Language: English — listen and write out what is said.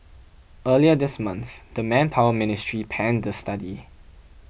earlier this month the Manpower Ministry panned the study